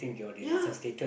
ya